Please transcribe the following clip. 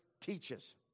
teaches